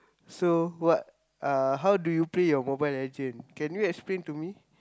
so what uh how do you play your Mobile-Legend can you explain to me